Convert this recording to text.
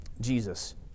Jesus